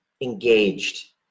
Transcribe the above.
engaged